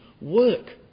work